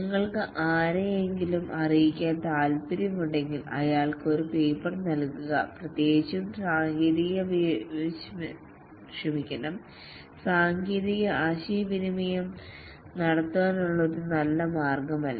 നിങ്ങൾക്ക് ആരെയെങ്കിലും അറിയിക്കാൻ താൽപ്പര്യമുണ്ടെങ്കിൽ അയാൾക്ക് ഒരു പേപ്പർ നൽകുക പ്രത്യേകിച്ചും സാങ്കേതിക ആശയവിനിമയം ആശയവിനിമയം നടത്താനുള്ള ഒരു നല്ല മാർഗ്ഗമല്ല